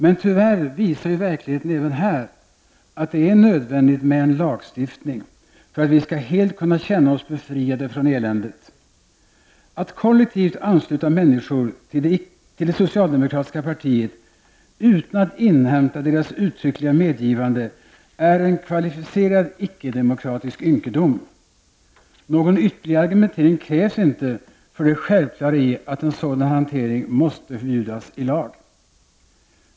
Men tyvärr visar ju verkligheten även här att det är nödvändigt med en lagstiftning för att vi helt skall kunna känna oss befriade från eländet. Att kollektivt ansluta människor till det socialdemokratiska partiet utan att inhämta deras uttryckliga medgivande är en kvalificerad ickedemokratisk ynkedom. Någon ytterligare argumentering krävs inte för det självklara i att en sådan hantering måste förbjudas i lag.